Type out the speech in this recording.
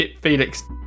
Felix